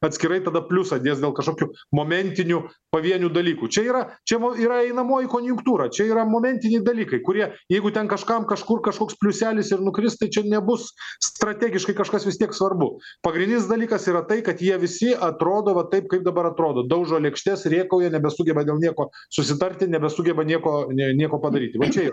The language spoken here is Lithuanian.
atskirai tada pliusą dės dėl kažkokių momentinių pavienių dalykų čia yra čia yra einamoji konjunktūra čia yra momentiniai dalykai kurie jeigu ten kažkam kažkur kažkoks pliuselis ir nukris tai čia nebus strategiškai kažkas vis tiek svarbu pagrindinis dalykas yra tai kad jie visi atrodo va taip kaip dabar atrodo daužo lėkštes rėkauja ir nebesugeba dėl nieko susitarti nebesugeba nieko ne nieko padaryti va čia yra